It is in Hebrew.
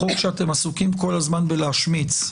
החוק שאתם עסוקים כל הזמן להשמיץ,